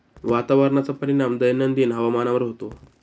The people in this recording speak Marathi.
वातावरणाचा परिणाम दैनंदिन हवामानावर होतो